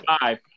Five